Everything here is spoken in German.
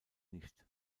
nicht